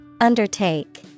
Undertake